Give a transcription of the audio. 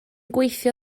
gweithio